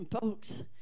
folks